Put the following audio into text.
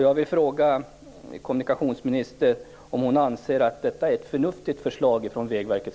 Jag vill fråga om kommunikationsministern anser att detta är ett förnuftigt förslag från Vägverket.